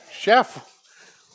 Chef